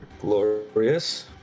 Glorious